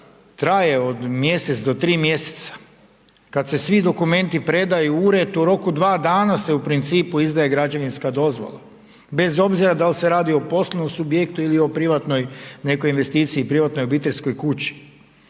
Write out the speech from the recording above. traje od mjesec do tri mjeseca. Kada se svi dokumenti predaju u ured, u roku dva dana se u principu izdaje građevinska dozvola bez obzira da li se radi o poslovnom subjektu ili o privatnoj nekoj investiciji, privatnoj obiteljskoj kući.